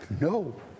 no